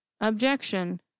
objection